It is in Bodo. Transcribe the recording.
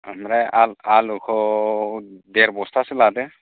आमफ्राय आ आलुखौ देर बस्थासो लादो